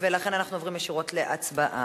לכן אנחנו עוברים ישירות להצבעה.